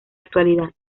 actualidad